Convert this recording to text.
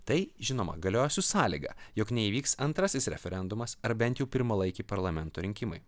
tai žinoma galioja su sąlyga jog neįvyks antrasis referendumas ar bent jau pirmalaikiai parlamento rinkimai